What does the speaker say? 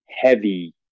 heavy